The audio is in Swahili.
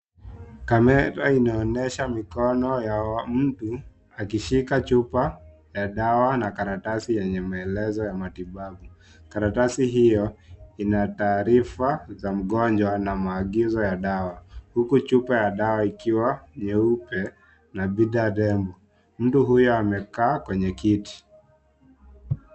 Kamera inaonyesha mikono wa mtu, akishika chupa, ya dawa na karatasi yenye maelezo ya matibabu, karatasi hiyo, ina taarifa za mgonjwa na maagizo ya dawa, huku chupa ya dawa ikiwa, nyeupe, na bida ya demo, mtu huyu amekaa, kwenye kiti.